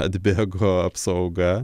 atbėgo apsauga